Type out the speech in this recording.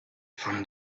from